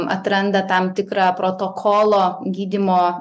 atranda tam tikrą protokolo gydymo